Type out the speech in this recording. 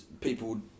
People